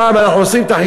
לא הייתה כתובת על הקיר,